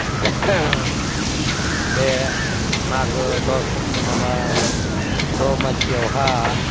बे मागो माबा दमासियावहा